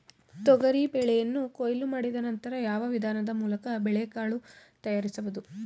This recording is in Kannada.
ತೊಗರಿ ಬೇಳೆಯನ್ನು ಕೊಯ್ಲು ಮಾಡಿದ ನಂತರ ಯಾವ ವಿಧಾನದ ಮೂಲಕ ಬೇಳೆಕಾಳು ತಯಾರಿಸಬಹುದು?